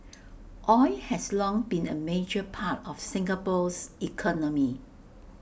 oil has long been A major part of Singapore's economy